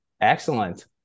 Excellent